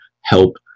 help